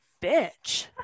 bitch